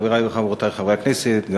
חברי וחברותי חברי הכנסת,